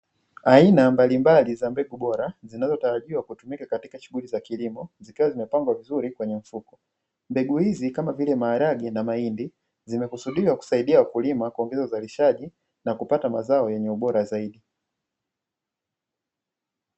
Aina mbalimbali za mbegu bora, zinazotarajiwa kutumika katika shughuli za kilimo zikiwa zimepambwa vizuri kwenye mfuko, mbegu hizi kama vile; maharage na mahindi, zimekusudiwa kusaidia wakulima kuongeza uzalishaji na kupata mazao yenye ubora zaidi.